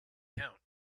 count